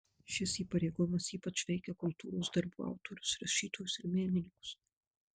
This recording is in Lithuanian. šis įpareigojimas ypač veikia kultūros darbų autorius rašytojus ir menininkus